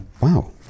Wow